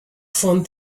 found